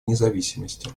независимости